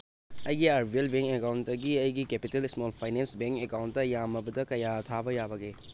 ꯑꯩꯒꯤ R B L bank ꯑꯦꯀꯥꯎꯟꯇꯒꯤ ꯑꯩꯒꯤ capital small finance bank account ꯌꯥꯝꯃꯕꯗ ꯀꯌꯥ ꯊꯥꯕ ꯌꯥꯕꯒꯦ